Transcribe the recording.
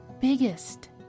biggest